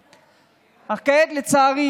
אך כעת לצערי